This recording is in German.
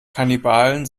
kannibalen